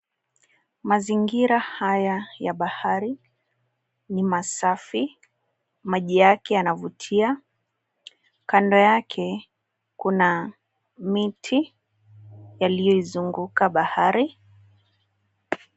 Mazingira haya ya bahari ni masafi. Maji yake yanavutia. Kando yake kuna miti yaliyoizunguka bahari.